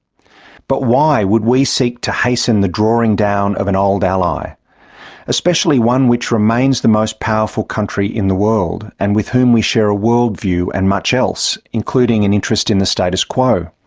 but why would we seek to hasten the drawing-down of an old ally especially one which remains the most powerful country in the world, and with whom we share a world-view and much else, including an interest in the status quo?